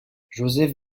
joseph